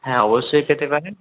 হ্যাঁ অবশ্যই পেতে পারেন